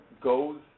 goes